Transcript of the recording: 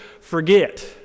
forget